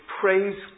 Praise